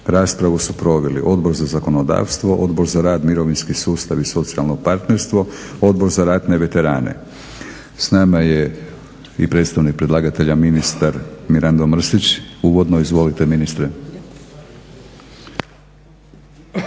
Raspravu su proveli Odbor za zakonodavstvo, Odbor za rad, mirovinski sustav i socijalno partnerstvo, Odbor za ratne veterane. S nama je i predstavnik predlagatelja ministar Mirando Mrsić, uvodno. Izvolite ministre.